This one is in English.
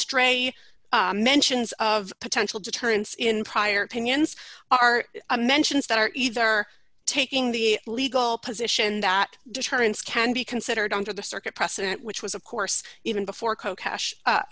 stray mentions of potential deterrence in prior pinions are mentions that are either taking the legal position that deterrence can be considered under the circuit precedent which was of course even before co cash